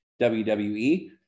WWE